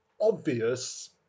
obvious